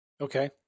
Okay